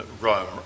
Rome